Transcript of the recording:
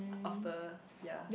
after ya